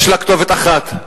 יש לו כתובת אחת.